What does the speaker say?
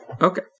Okay